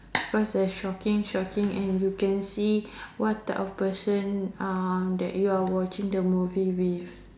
cause there's shocking shocking and you can see what type of person uh that you are watching the movie with